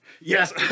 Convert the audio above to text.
yes